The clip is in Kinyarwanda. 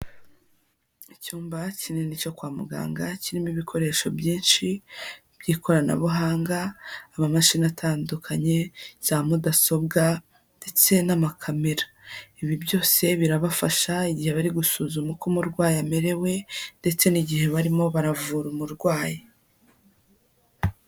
Icyumba kinini cyo kwa muganga kirimo ibikoresho byinshi by'ikoranabuhanga, amamashini atandukanye, za mudasobwa ndetse n'amakamera, ibi byose birabafasha igihe bari gusuzuma uko umurwayi amerewe ndetse n'igihe barimo baravura umurwayi.